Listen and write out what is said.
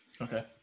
Okay